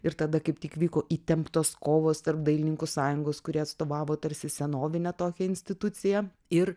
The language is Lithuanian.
ir tada kaip tik vyko įtemptos kovos tarp dailininkų sąjungos kuri atstovavo tarsi senovinę tokią instituciją ir